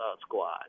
squad